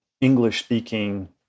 English-speaking